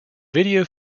video